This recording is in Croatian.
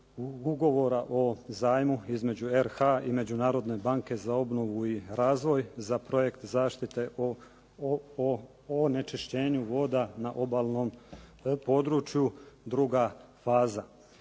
Ugovora o zajmu između RH i Međunarodne banke za obnovu i razvoj za projekt zaštite o onečišćenju voda na obalnom području 2. faza.